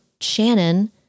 Shannon